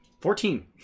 Fourteen